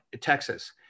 Texas